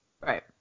Right